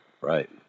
right